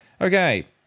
Okay